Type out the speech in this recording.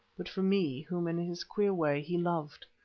but for me whom in his queer way he loved.